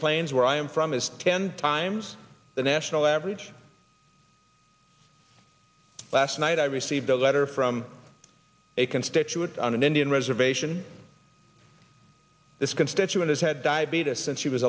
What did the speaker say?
plains where i am from is ten times the national average last night i received a letter from a constituent on an indian reservation this constituent has had diabetes since she was